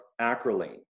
acrolein